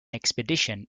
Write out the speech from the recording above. expedition